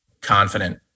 confident